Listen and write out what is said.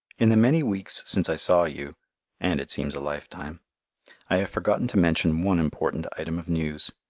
in the many weeks since i saw you and it seems a lifetime i have forgotten to mention one important item of news.